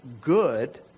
good